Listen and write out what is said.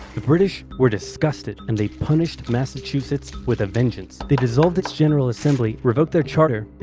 the british were disgusted, and they punished massachusetts with a vengeance. they dissolved its general assembly, revoked their charter,